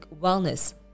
wellness